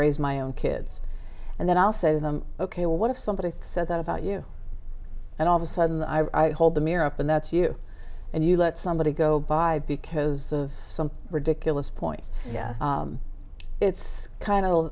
raise my own kids and then i'll say to them ok well what if somebody said that about you and all of a sudden i hold the mirror up and that's you and you let somebody go by because of some ridiculous points yes it's kind